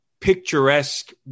picturesque